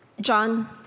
John